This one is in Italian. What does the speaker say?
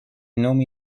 nomi